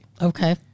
Okay